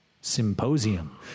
symposium